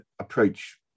approach